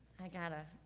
i gotta,